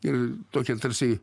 ir tokia tarsi